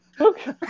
Okay